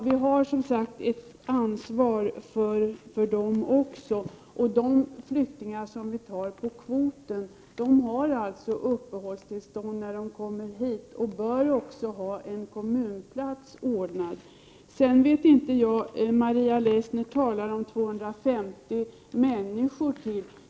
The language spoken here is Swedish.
Vi har som sagt ett ansvar för dem också. De flyktingar som kommer hit på flyktingkvoten har alltså uppehållstillstånd när de kommer hit och bör också ha en kommunplats ordnad. Maria Leissner talade om ytterligare 250 människor.